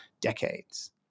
decades